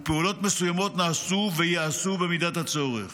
ופעולות מסוימות נעשו וייעשו במידת הצורך.